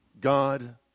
God